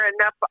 enough